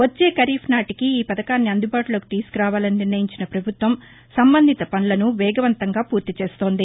వచ్చే ఖరీఫ్ నాటికి ఈ పథకాన్ని అందుబాటులోకి తీసుకురావాలని నిర్ణయించిన పభుత్వం సంబంధిత పనులను వేగవంతంగా పూర్తిచేస్తోంది